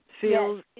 feels